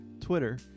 Twitter